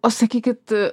o sakykit